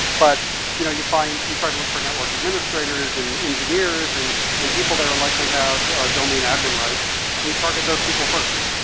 but you know you find, you try to look for network administrators and engineers and and people that are likely have domain admin rights and you target those people first,